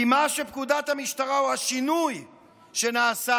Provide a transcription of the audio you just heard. כי מה שפקודת המשטרה או השינוי שנעשה,